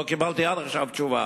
עד עכשיו לא קיבלתי תשובה.